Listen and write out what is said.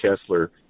Kessler